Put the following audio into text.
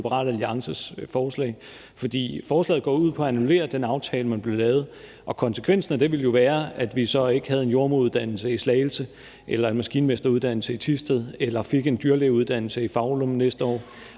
forslaget går ud på at annullere den aftale, der blev lavet. Og konsekvensen af det ville jo være, at vi så ikke havde en jordemoderuddannelse i Slagelse eller en maskinmesteruddannelse i Thisted eller fik en dyrlægeuddannelse i Foulum næste år.